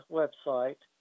website